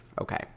Okay